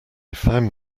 found